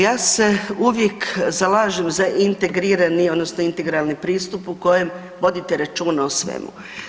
Ja se uvijek zalažem za integrirani odnosno integralni pristup u kojem vodite računa o svemu.